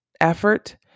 effort